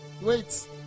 wait